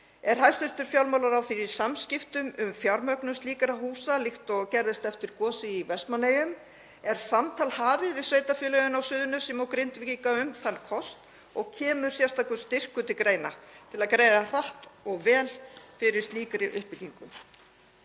Er hæstv. fjármálaráðherra í samskiptum um fjármögnun slíkra húsa líkt og gerðist eftir gosið í Vestmannaeyjum? Er samtal hafið við sveitarfélögin á Suðurnesjum og Grindvíkinga um þann kost? Og kemur sérstakur styrkur til greina til að greiða hratt og vel fyrir slíkri uppbyggingu?